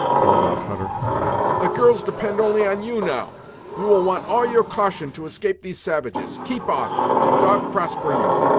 called out hutter the girls depend only on you, now you will want all your caution to escape these savages. keep off, and god prosper you,